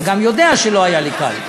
אתה גם יודע שלא היה לי קל.